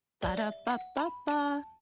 Ba-da-ba-ba-ba